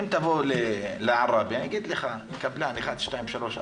אם תבוא לעראבה יגידו לך מי הקבלנים שבונים.